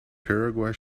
paraguay